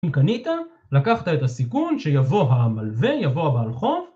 אם קנית, לקחת את הסיכון שיבוא המלווה, יבוא הבעל הון